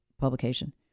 publication